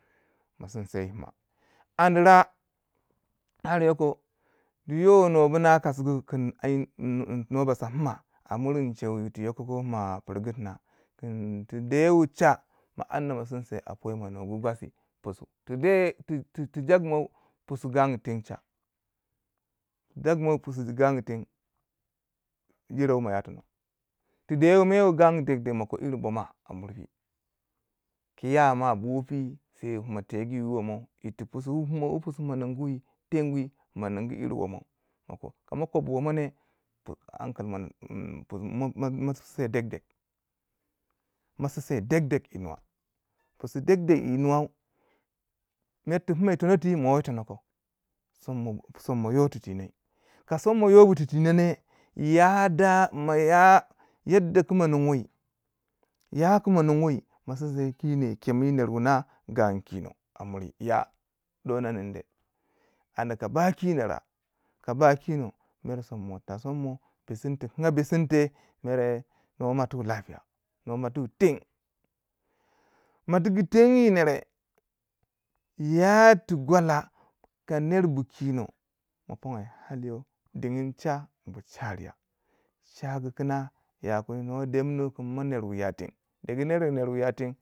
ma sinsai yi pina andira ha yoko tiyo no bina kasgu no ba sa pina a ti dewe cha amma ma sinsai poyou ma nugu gwadi tide ti jagmau fisu gangu tem cha ti jagmau fisu gangu ten jere uma ya tono ti dewe meyo gangu dede ma royir boma kiya ma bofui se funa tegi wi woma ir ti fusu wu funa ninguwi funa ningu iri womom kama kobu womone ma sosai jegdeg yinuwa fisu degdeg yi nwau mer ti fina wo yi tono tui ma wo yi tonon somma yi titi no ka somma yo bu ti tinone maya yadda kima ninwui ya ku ma inguwama sisai kino yi ner wona kem gangu kino ya do nu nide anda kuba kino ka kino mer somma ta somma ba sinte kinga ba sinte mere no matuwai no matuwai ten matuguu ten yi nere ya tu gwala lka ner bu kino ma fongu yi din cha bi sharia chagu kina ya kandi no dem nwai kin mo yaten